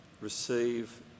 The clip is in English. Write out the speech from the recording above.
receive